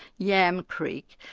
yam creek,